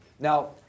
Now